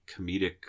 comedic